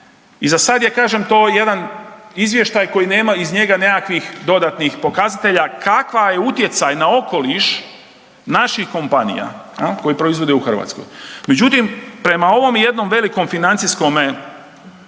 i za sad je, kažem, to jedan izvještaj koji nema, iz njega nekakvih dodatnih pokazatelja kakva je utjecaj na okoliš naših kompanija, je li, koji proizvode u Hrvatskoj. Međutim, prema ovom jednom velikom financijskome posredniku